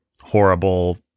horrible